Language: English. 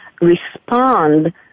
respond